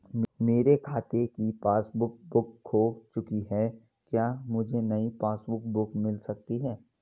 मेरे खाते की पासबुक बुक खो चुकी है क्या मुझे नयी पासबुक बुक मिल सकती है?